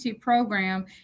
program